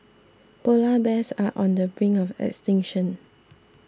Polar Bears are on the brink of extinction